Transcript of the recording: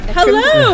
Hello